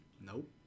Nope